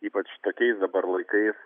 ypač tokiais dabar laikais